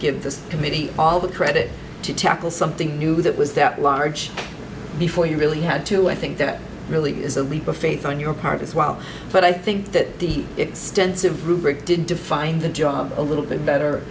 give this committee all the credit to tackle something new that was that large before you really had to i think there really is a leap of faith on your part as well but i think that the extensive rubric didn't define the job a little bit better